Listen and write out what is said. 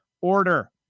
order